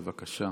בבקשה.